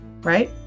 right